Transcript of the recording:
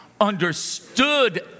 understood